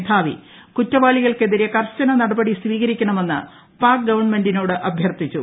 മേധാവി കുറ്റവാളികൾക്കെതിരെ കർശന നടപടി സ്വീകരിക്കണമെന്ന് പാക് ഗവൺമെന്റിനോട് ്അഭ്യർത്ഥിച്ചു